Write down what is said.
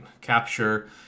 capture